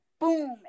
boom